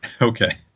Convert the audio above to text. Okay